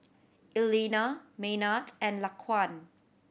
Eleanor Maynard and Laquan